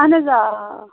اہن حظ آ آ